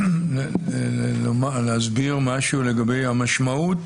להסביר לגבי המשמעות